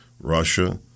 Russia